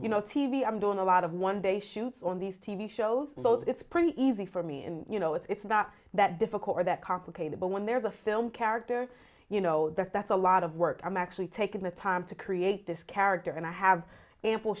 you know t v i'm doing a lot of one day shoots on these t v shows and those it's pretty easy for me and you know it's not that difficult or that complicated but when there's a film character you know that that's a lot of work i'm actually taking the time to create this character and i have ample